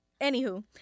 anywho